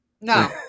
No